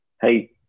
Hey